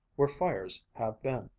where fires have been.